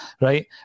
right